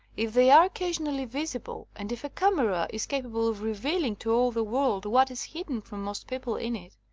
if they are occasionally visible, and if a camera is capable of revealing to all the world what is hidden from most people in it,